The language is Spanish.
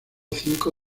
cinco